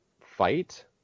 fight